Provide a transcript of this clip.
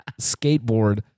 skateboard